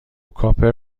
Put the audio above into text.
کاپر